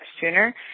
sooner